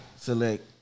select